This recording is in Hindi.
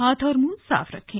हाथ और मुंह साफ रखे